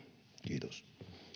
kiitos